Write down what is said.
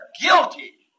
guilty